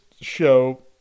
show